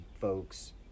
folks